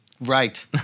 Right